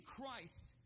Christ